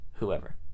Whoever